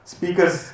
Speakers